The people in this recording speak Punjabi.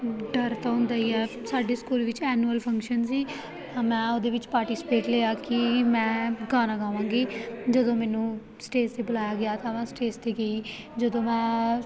ਡਰ ਤਾਂ ਹੁੰਦਾ ਹੀ ਹੈ ਸਾਡੇ ਸਕੂਲ ਵਿੱਚ ਐਨੂਅਲ ਫੰਕਸ਼ਨ ਸੀ ਮੈਂ ਉਹਦੇ ਵਿੱਚ ਪਾਰਟੀਸਪੇਟ ਲਿਆ ਕਿ ਮੈਂ ਗਾਣਾ ਗਾਵਾਂਗੀ ਜਦੋਂ ਮੈਨੂੰ ਸਟੇਜ 'ਤੇ ਬੁਲਾਇਆ ਗਿਆ ਤਾਂ ਮੈਂ ਸਟੇਜ 'ਤੇ ਗਈ ਜਦੋਂ ਮੈਂ